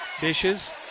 Dishes